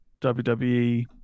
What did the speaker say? WWE